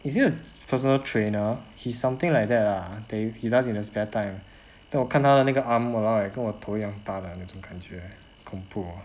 is he a personal trainer he something like that lah that he does in his spare time then 我看他的那个 arm !walao! eh 跟我头一样大的那种感觉恐怖